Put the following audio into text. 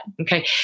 Okay